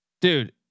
dude